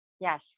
Yes